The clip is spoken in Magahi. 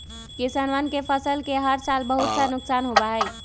किसनवन के फसल के हर साल बहुत सा नुकसान होबा हई